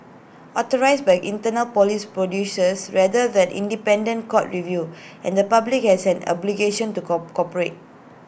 authorised by internal Police producers rather than independent court review and the public has an obligation to co corporate